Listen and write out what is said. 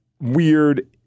weird